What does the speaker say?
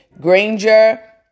Granger